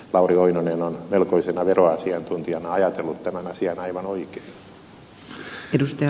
lauri oinonen on melkoisena veroasiantuntijana ajatellut tämän asian aivan oikein